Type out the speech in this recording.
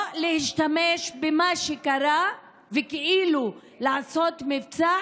לא להשתמש במה שקרה וכאילו לעשות מבצע